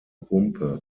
pumpe